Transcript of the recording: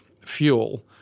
fuel